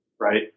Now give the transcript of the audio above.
right